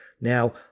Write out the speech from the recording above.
Now